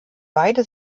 beide